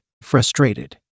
Frustrated